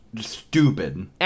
Stupid